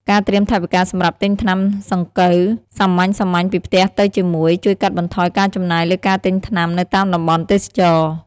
ការត្រៀមថវិកាសម្រាប់ទិញថ្នាំសង្កូវសាមញ្ញៗពីផ្ទះទៅជាមួយ ជួយកាត់បន្ថយការចំណាយលើការទិញថ្នាំនៅតាមតំបន់ទេសចរណ៍។